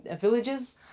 villages